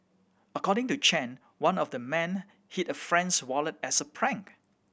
according to Chen one of the men hid a friend's wallet as a prank